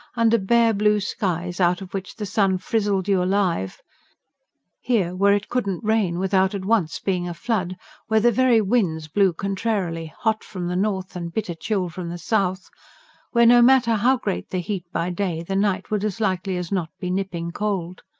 under bare blue skies, out of which the sun frizzled you alive here, where it couldn't rain without at once being a flood where the very winds blew contrarily, hot from the north and bitter-chill from the south where, no matter how great the heat by day, the night would as likely as not be nipping cold